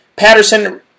Patterson